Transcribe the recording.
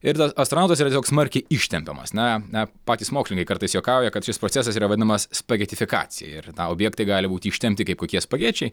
ir tas astronautas yra tiesiog smarkiai ištempiamas na na patys mokslininkai kartais juokauja kad šis procesas yra vadinamas spagetifikacija ir na objektai gali būti ištempti kaip kokie spagečiai